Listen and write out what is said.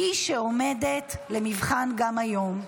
היא שעומדת למבחן גם היום.